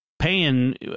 paying